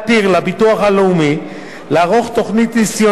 למוסד לביטוח לאומי לערוך תוכנית ניסיונית,